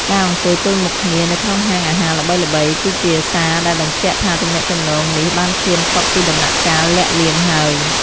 ការអង្គុយទល់មុខគ្នានៅក្នុងហាងអាហារល្បីៗ គឺជាសារដែលបញ្ជាក់ថាទំនាក់ទំនងនេះបានឈានផុតពីដំណាក់កាលលាក់លៀមហើយ។